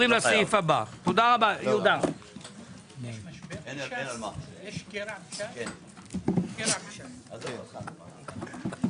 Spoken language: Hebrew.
הישיבה ננעלה בשעה 12:34.